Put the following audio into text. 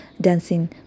dancing